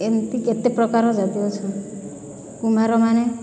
ଏମିତି କେତେ ପ୍ରକାର ଜାତି ଅଛନ୍ କୁମ୍ଭାରମାନେ